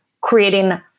creating